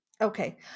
okay